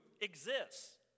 exists